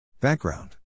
Background